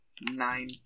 Nine